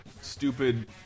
stupid